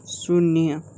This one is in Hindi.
शून्य